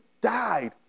died